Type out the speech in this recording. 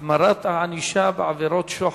(החמרת הענישה בעבירות שוחד),